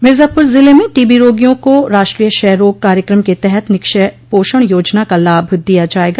मिर्जापर जिले में टीबी रोगियों को राष्ट्रीय क्षय रोग कार्यक्रम के तहत निक्षय पोषण योजना का लाभ दिया जायेगा